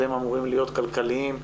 אתם אמורים להיות כלכליים,